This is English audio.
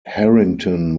harrington